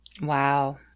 Wow